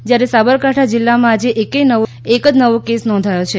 જ્યારે સાંબરકાઠાં જિલ્લામાં આજે એક જ નવો કેસ નોંધાયો છે